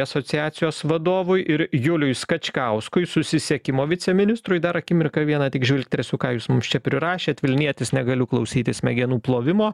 asociacijos vadovui ir juliui skačkauskui susisiekimo viceministrui dar akimirką vieną tik žvilgtersiu ką jūs mums čia prirašėt vilnietis negaliu klausyti smegenų plovimo